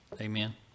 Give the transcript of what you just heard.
Amen